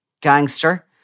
gangster